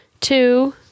two